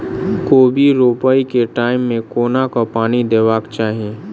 कोबी रोपय केँ टायम मे कोना कऽ पानि देबाक चही?